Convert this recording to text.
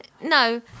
no